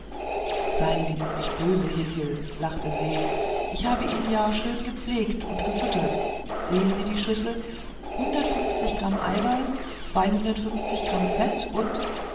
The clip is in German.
seien sie nur nicht böse hil hil lachte se ich habe ihn ja so schön gepflegt und gefüttert sehen sie die schüssel hundertfünfzig eiweiß zweihundertfünfzig kram fett und